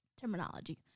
terminology